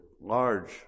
large